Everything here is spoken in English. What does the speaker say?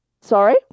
sorry